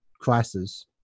crisis